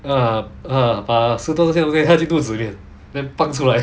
uh uh ah 十多千对不对喝进肚子里面 then pang 出来